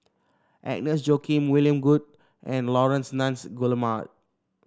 Agnes Joaquim William Goode and Laurence Nunns Guillemard